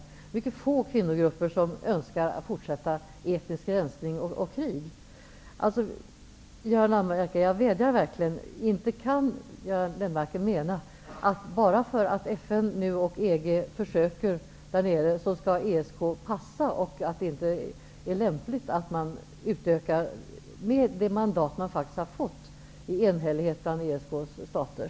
Det är mycket få kvinnogrupper som önskar fortsätta etnisk rensning och krig. Inte kan väl Göran Lennmarker mena att ESK skall passa bara för att FN och EG försöker där nere eller att det inte är lämpligt att man utökar verksamheten med det mandat man faktiskt har fått i enhällighet bland ESK:s stater?